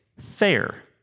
fair